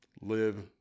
live